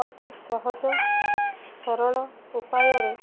ଅତି ସହଜ ସରଳ ଉପାୟରେ